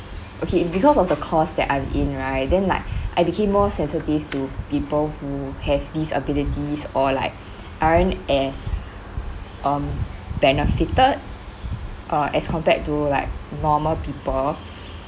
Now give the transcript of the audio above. okay because of the course that I'm in right then like I became more sensitive to people who have disabilities or like aren't as um benefited uh as compared to like normal people